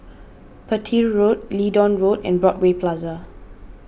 Petir Road Leedon Road and Broadway Plaza